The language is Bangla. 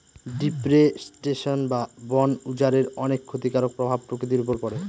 ডিফরেস্টেশন বা বন উজাড়ের অনেক ক্ষতিকারক প্রভাব প্রকৃতির উপর পড়ে